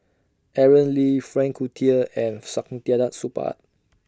Aaron Lee Frank Cloutier and Saktiandi Supaat